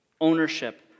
ownership